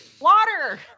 water